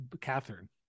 Catherine